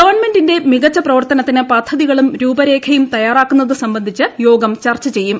ഗവൺമെന്റിന്റെ മികച്ച പ്രവർത്തനത്തിന് പദ്ധതികളും രൂപരേഖയും തയ്യാറാക്കുന്നത് സംബന്ധിച്ച് യോഗം ചർച്ച ചെയ്യും